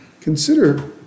consider